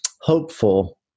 hopeful